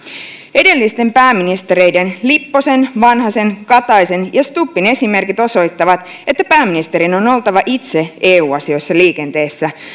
edellisten pääministereiden lipposen vanhasen kataisen ja stubbin esimerkit osoittavat että pääministerin on on oltava itse eu asioissa liikenteessä